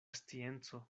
scienco